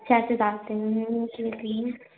sir से बात करनी है मुझे तीन